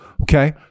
Okay